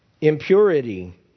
impurity